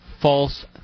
false